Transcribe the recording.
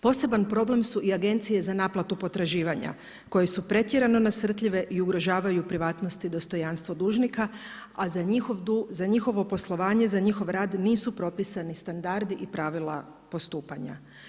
Poseban problem su i agencije za naplatu potraživanja koje su pretjerano nasrtljive i ugrožavaju privatnost i dostojanstvo dužnika, a za njihovo poslovanje, za njihov rad nisu propisani standardi i pravila postupanja.